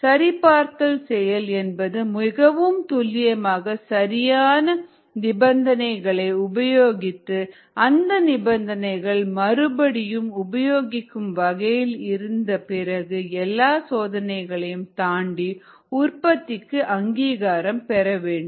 சரிபார்த்தல் செயல் என்பது மிகவும் துல்லியமாக சரியான நிபந்தனைகளை உபயோகித்து அந்த நிபந்தனைகள் மறுபடியும் உபயோகிக்கும் வகையில் இருந்து பிறகு எல்லா சோதனைகளையும் தாண்டி உற்பத்திக்கு அங்கீகாரம் பெறவேண்டும்